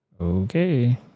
Okay